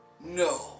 No